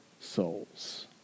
souls